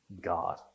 God